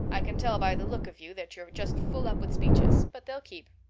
i can tell by the look of you that you're just full up with speeches, but they'll keep.